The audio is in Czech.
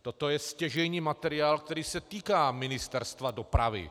Toto je stěžejní materiál, který se týká Ministerstva dopravy.